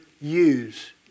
use